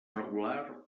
regular